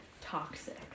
toxic